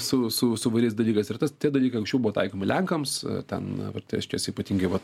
su su su įvairiais dalykais ir tas tie dalykai anksčiau buvo taikomi lenkams ten vat reiškias ypatingai vat